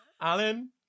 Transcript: alan